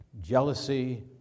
jealousy